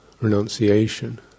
renunciation